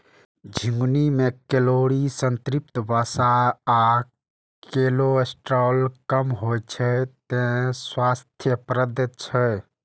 झिंगुनी मे कैलोरी, संतृप्त वसा आ कोलेस्ट्रॉल कम होइ छै, तें स्वास्थ्यप्रद छै